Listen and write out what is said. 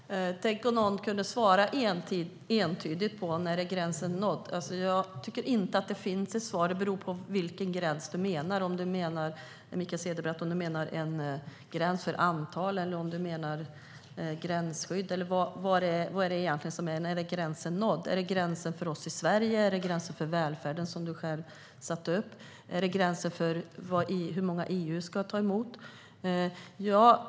Herr talman! Tänk om någon kunde svara entydigt om när gränsen är nådd! Jag tycker inte att det finns något svar. Det beror på vilken gräns du menar, Mikael Cederbratt - är det en gräns i antal, handlar det om gränsskydd? Är det gränsen för välfärden för oss i Sverige, eller är det gränsen för hur många EU ska ta emot?